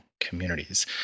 communities